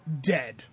dead